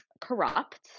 corrupt